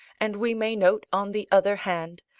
and we may note on the other hand,